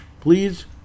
Please